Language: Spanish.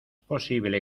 posible